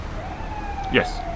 Yes